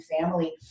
family